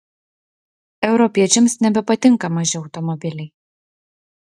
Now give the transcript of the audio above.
europiečiams nebepatinka maži automobiliai